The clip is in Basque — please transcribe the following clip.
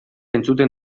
entzuten